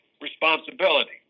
responsibility